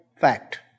fact